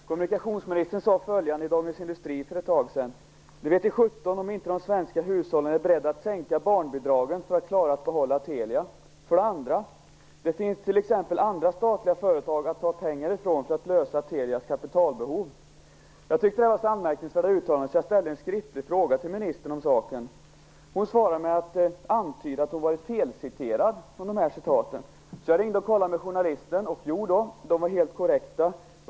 Herr talman! Kommunikationsministern sade följande i Dagens Industri för ett tag sedan: Det vete sjutton om inte de svenska hushållen är beredda att sänka barnbidragen för att klara att behålla Telia. För det andra: Det finns andra statliga företag att ta pengar ifrån för att lösa Telias kapitalbehov. Jag tyckte att det var så anmärkningsvärda uttalanden att jag ställde en skriftlig fråga till ministern om saken. Hon svarade med att antyda att hon varit felciterad. Jag ringde och kollade med journalisten. Han uppger att citaten var helt korrekta.